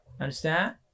understand